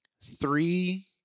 Three